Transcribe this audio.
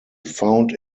found